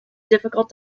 difficult